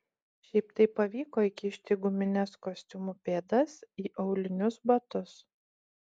šiaip taip pavyko įkišti gumines kostiumų pėdas į aulinius batus